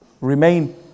remain